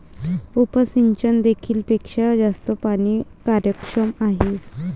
उपसिंचन देखील पेक्षा जास्त पाणी कार्यक्षम आहे